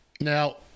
now